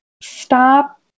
stop